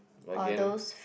again